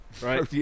right